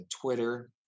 Twitter